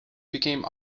became